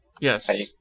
Yes